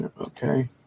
Okay